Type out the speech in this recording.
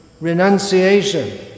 renunciation